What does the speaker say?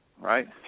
right